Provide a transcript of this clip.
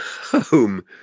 home